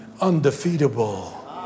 undefeatable